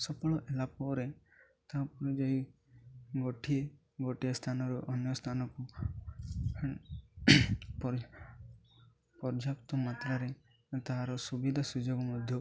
ସଫଳ ହେଲା ପରେ ତା'ପରେ ଯାଇ ଗୋଟି ଗୋଟିଏ ସ୍ଥାନରୁ ଅନ୍ୟ ସ୍ଥାନକୁ ପରି ପର୍ଯ୍ୟାପ୍ତ ମାତ୍ରାରେ ତାହାର ସୁବିଧା ସୁଯୋଗ ମଧ୍ୟ